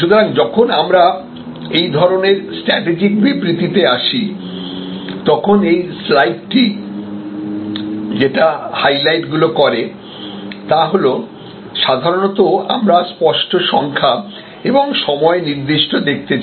সুতরাং যখন আমরা এই ধরণের স্ট্র্যাটেজিক বিবৃতিতে আসি তখন এই স্লাইডটি যেটা হাইলাইটগুলি করে তা হল সাধারণত আমরা স্পষ্ট সংখ্যা এবং সময় নির্দিষ্ট দেখতে চাই